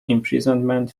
imprisonment